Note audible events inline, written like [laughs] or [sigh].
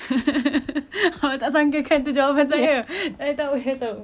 [laughs] awak tak sangka kan tu jawapan saya saya tahu saya tahu